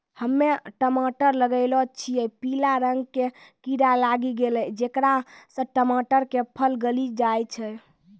हम्मे टमाटर लगैलो छियै पीला रंग के कीड़ा लागी गैलै जेकरा से टमाटर के फल गली जाय छै?